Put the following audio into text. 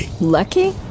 Lucky